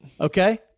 Okay